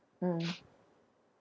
mm